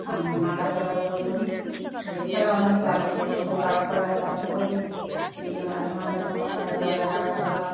আমি হাঁটা চলাচল করি এছাড়াও আমি বাড়ির সমস্ত কাজকর্ম একা হাতে করি এই এ মা এ মাথা সে মাথায় বাজার হাট করা